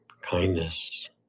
kindness